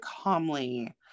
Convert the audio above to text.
calmly